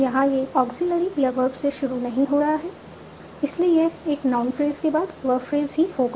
यहां यह ऑग्ज़ीलियरी या वर्ब से शुरू नहीं हो रहा है इसलिए यह एक नाउन फ्रेज के बाद वर्ब फ्रेज ही होगा